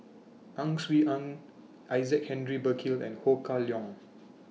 Ang Swee Aun Isaac Henry Burkill and Ho Kah Leong